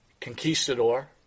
Conquistador